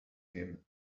him